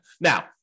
Now